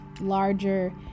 larger